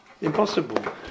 Impossible